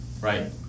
Right